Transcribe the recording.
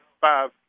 five